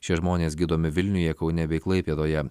šie žmonės gydomi vilniuje kaune bei klaipėdoje